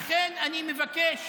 לכן אני מבקש